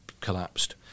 collapsed